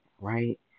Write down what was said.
right